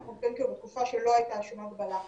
אנחנו מדברים בתקופה שלא הייתה שום הגבלה.